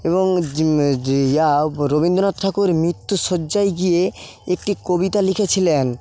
এবং রবিন্দ্রনাথ ঠাকুর মৃত্যুশয্যায় গিয়ে একটি কবিতা লিখেছিলেন